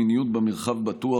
"מיניות במרחב בטוח",